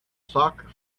soccer